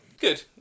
Good